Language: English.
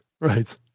Right